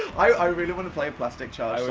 i really want to play a plastic charged